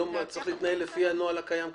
היום צריך להתנהל לפי הנוהל הקיים כיום.